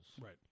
Right